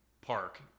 park